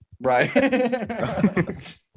Right